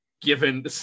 given